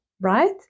right